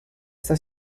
está